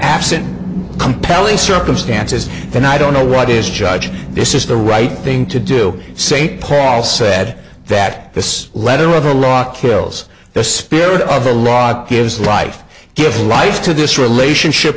absent compelling circumstances and i don't know what is judge this is the right thing to do saint paul said that this letter of the law kills the spirit of the law gives life gives rise to this relationship